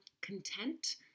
Content